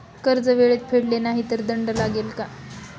कर्ज वेळेत फेडले नाही तर दंड लागेल का?